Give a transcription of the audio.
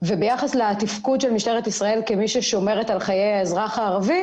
ביחס לתפקוד של משטרת ישראל כמי ששומרת על חיי האזרח הערבי